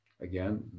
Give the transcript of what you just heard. Again